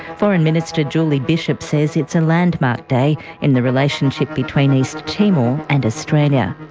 foreign minister julie bishop says it's a landmark day in the relationship between east timor and australia.